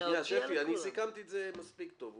שניה שפי, אני סיכמתי את זה מספיק טוב.